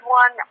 one